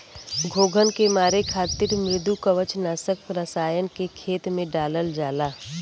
घोंघन के मारे खातिर मृदुकवच नाशक रसायन के खेत में डालल जाला